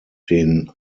den